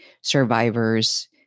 survivors